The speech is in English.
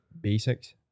basics